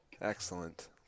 Excellent